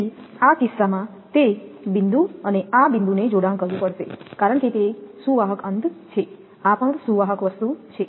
તેથી આ કિસ્સામાં તે બિંદુ અને આ બિંદુને જોડાણ કરવું પડશે કારણ કે આ સુવાહક અંત છે આ પણ સુવાહક વસ્તુ છે